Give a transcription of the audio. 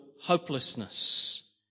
hopelessness